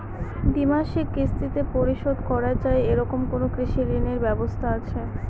দ্বিমাসিক কিস্তিতে পরিশোধ করা য়ায় এরকম কোনো কৃষি ঋণের ব্যবস্থা আছে?